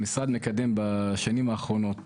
המשרד מקדם בשנים האחרונות